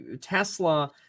tesla